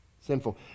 sinful